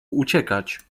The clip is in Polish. uciekać